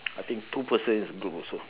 I think two person is group also